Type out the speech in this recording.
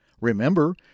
Remember